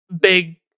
big